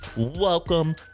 Welcome